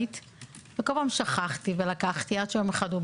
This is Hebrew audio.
ועברתי עם הסברים.